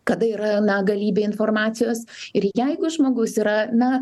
kada yra na galybė informacijos ir jeigu žmogus yra na